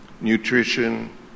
nutrition